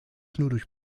durch